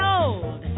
old